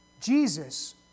Jesus